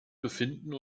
befinden